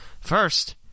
first